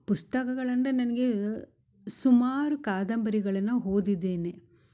ಪುಸ್ತಕಗಳಂದರೆ ನನಗೆ ಸುಮಾರು ಕಾದಂಬರಿಗಳನ್ನ ಓದಿದ್ದೇನೆ